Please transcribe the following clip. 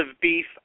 beef